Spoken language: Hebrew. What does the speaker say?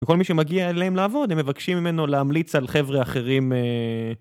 כל מי שמגיע אליהם לעבוד הם מבקשים ממנו להמליץ על חבר'ה אחרים.